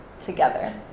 together